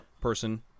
person